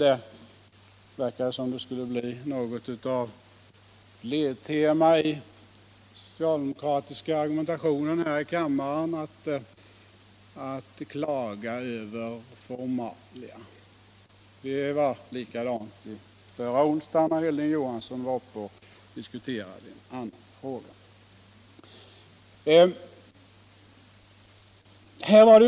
Det verkar som om det skulle bli något av ledtemat i den socialdemokratiska argumentationen i kammaren att klaga över = Förtroendemanformalia. Det var likadant förra onsdagen när Hilding Johansson dis = nastyrelsen i kuterade en annan fråga.